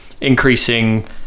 increasing